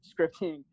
scripting